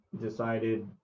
decided